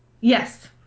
Yes